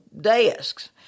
desks